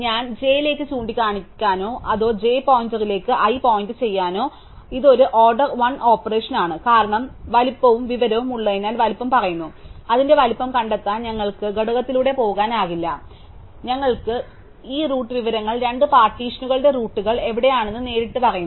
ഞാൻ j ലേക്ക് ചൂണ്ടിക്കാണിക്കണോ അതോ j പോയിന്റിലേക്ക് i പോയിന്റ് ചെയ്യണോ അതിനാൽ ഇത് ഒരു ഓർഡർ 1 ഓപ്പറേഷൻ ആണ് കാരണം ഞങ്ങൾക്ക് വലുപ്പ വിവരം ഉള്ളതിനാൽ വലുപ്പം പറയുന്നു അതിന്റെ വലുപ്പം കണ്ടെത്താൻ ഞങ്ങൾക്ക് ഘടകത്തിലൂടെ പോകാനാകില്ല ഞങ്ങൾക്ക് ഉണ്ട് ഈ റൂട്ട് വിവരങ്ങൾ രണ്ട് പാർട്ടീഷനുകളുടെ റൂട്ടുകൾ എവിടെയാണെന്ന് നേരിട്ട് പറയുന്നു